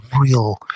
real